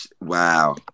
wow